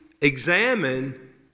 examine